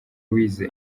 louise